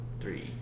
three